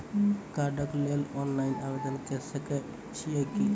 कार्डक लेल ऑनलाइन आवेदन के सकै छियै की?